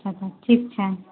अच्छा ठीक छै